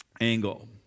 angle